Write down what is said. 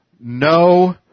No